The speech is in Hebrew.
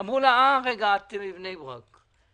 אמרו לה: את מבני ברק,